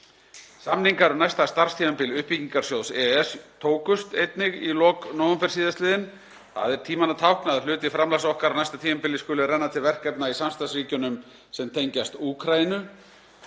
Samningar um næsta starfstímabil uppbyggingarsjóðs EES tókust einnig í lok nóvember síðastliðinn. Það er tímanna tákn að hluti framlags okkar á næsta tímabili skuli renna til verkefna í samstarfsríkjunum sem tengjast Úkraínu.